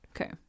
Okay